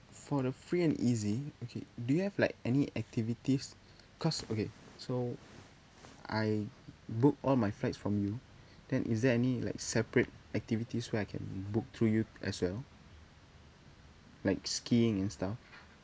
for the free and easy okay do you have like any activities cause okay so I book all my flights from you then is there any like separate activities where I can book through you as well like skiing and stuff